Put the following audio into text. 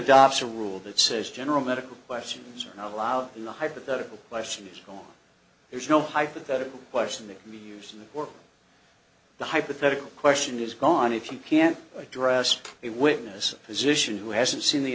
a rule that says general medical questions are not allowed in the hypothetical question is gone there's no hypothetical question that we use and or the hypothetical question is gone if you can't address a witness position who hasn't seen the